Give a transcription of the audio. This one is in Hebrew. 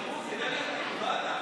של הדרוזים.